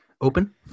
Open